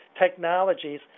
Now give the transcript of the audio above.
technologies